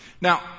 Now